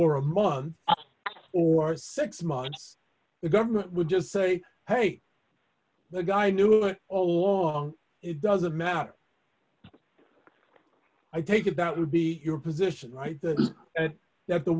a month or six months the government would just say hey the guy knew all along it doesn't matter i take it that would be your position right now th